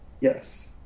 yes